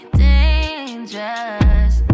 dangerous